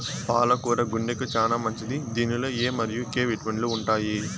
పాల కూర గుండెకు చానా మంచిది దీనిలో ఎ మరియు కే విటమిన్లు ఉంటాయి